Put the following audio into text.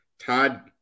Todd